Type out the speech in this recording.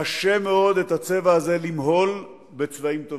קשה מאוד את הצבע הזה למהול בצבעים טובים,